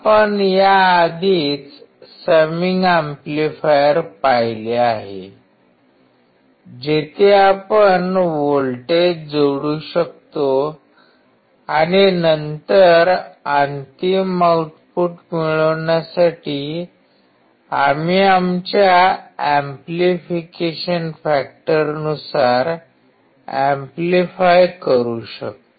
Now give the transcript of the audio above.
आपण याआधीच summing amplifier पाहिले आहे जिथे आपण व्होल्टेज जोडू शकतो आणि नंतर अंतिम आउटपुट मिळवण्यासाठी आम्ही आमच्या एम्प्लिफिकेशन फॅक्टरनुसार एम्प्लिफाय करू शकतो